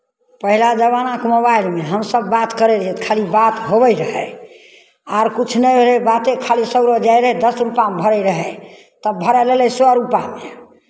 पहिला जमानाके मोबाइलमे हमसभ बात करैत रहियै तऽ खाली बात होवै रहै आर किछु नहि होइत रहै बाते खाली सभ लग जाइत रहै दस रुपैआमे भरैत रहै तब भरय लगलै सए रुपैआ